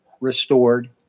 restored